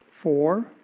four